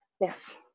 Yes